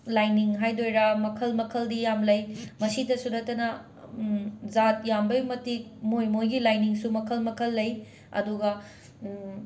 ꯂꯥꯏꯅꯤꯡ ꯍꯥꯏꯗꯣꯏꯔꯥ ꯃꯈꯜ ꯃꯈꯜꯗꯤ ꯌꯥꯝ ꯂꯩ ꯃꯁꯤꯗꯁꯨ ꯅꯠꯇꯅ ꯖꯥꯠ ꯌꯥꯝꯕꯩ ꯃꯇꯤꯛ ꯃꯣꯏ ꯃꯣꯏꯒꯤ ꯂꯥꯏꯅꯤꯡꯁꯨ ꯃꯈꯜ ꯃꯈꯜ ꯂꯩ ꯑꯗꯨꯒ